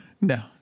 No